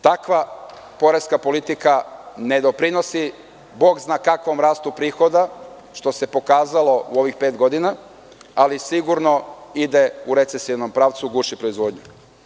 Takva poreska politika ne doprinosi bog zna kakvom rastu prihoda, što se pokazalo u ovih pet godina, ali sigurno ide u recesionom pravcu, guši proizvodnju.